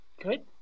Good